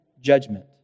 judgment